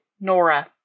Nora